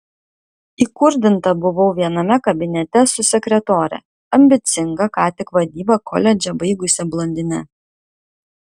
įkurdinta buvau viename kabinete su sekretore ambicinga ką tik vadybą koledže baigusia blondine